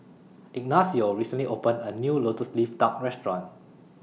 Ignacio recently opened A New Lotus Leaf Duck Restaurant